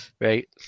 Right